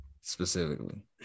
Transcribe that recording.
specifically